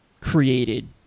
created